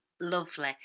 Lovely